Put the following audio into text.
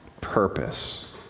purpose